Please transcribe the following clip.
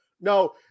no